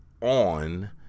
on